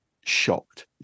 shocked